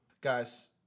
Guys